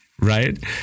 Right